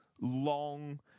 long